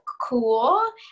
cool